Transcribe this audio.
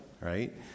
right